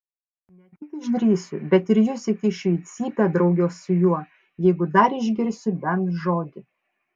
ne tik išdrįsiu bet ir jus įkišiu į cypę drauge su juo jeigu dar išgirsiu bent žodį